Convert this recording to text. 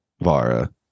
Vara